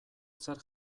zer